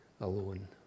alone